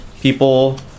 people